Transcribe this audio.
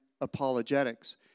Apologetics